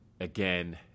again